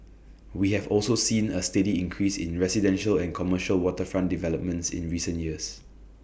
we have also seen A steady increase in residential and commercial waterfront developments in recent years